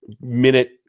minute